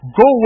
go